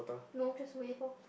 no just wave lor